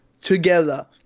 together